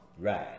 Right